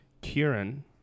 Kieran